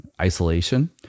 isolation